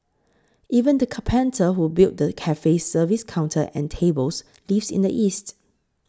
even the carpenter who built the cafe's service counter and tables lives in the east